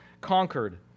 conquered